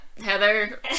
Heather